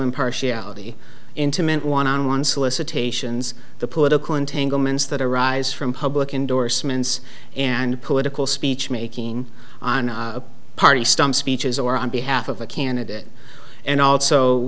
impartiality into meant want on one solicitations the political entanglements that arise from public indorsements and political speechmaking on a party stump speeches or on behalf of a candidate and also